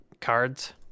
cards